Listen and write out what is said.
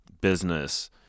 business